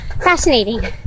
fascinating